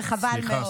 וחבל מאוד.